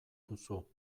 duzu